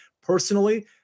personally